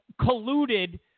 colluded